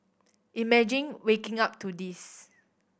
imagine waking up to this